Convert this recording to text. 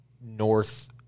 north